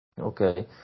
Okay